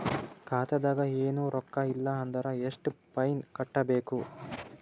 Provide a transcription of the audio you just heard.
ಖಾತಾದಾಗ ಏನು ರೊಕ್ಕ ಇಲ್ಲ ಅಂದರ ಎಷ್ಟ ಫೈನ್ ಕಟ್ಟಬೇಕು?